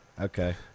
Okay